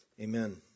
Amen